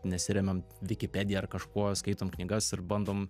nesiremiam wikipedia ar kažkuo skaitom knygas ir bandom